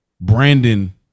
Brandon